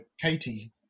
katie